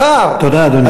מחר, תודה, אדוני.